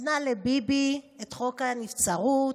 נתנה לביבי את חוק הנבצרות,